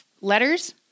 letters